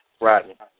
Right